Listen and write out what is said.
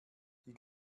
die